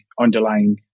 underlying